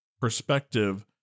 perspective